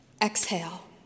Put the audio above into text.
Exhale